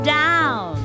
down